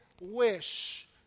wish